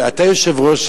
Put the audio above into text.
אתה יושב-ראש,